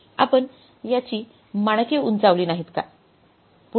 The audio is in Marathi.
आपण याची मानके उंचावली नाहीत का